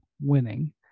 winning